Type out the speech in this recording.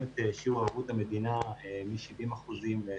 את שיעור ערבות המדינה מ-70% ל-80%.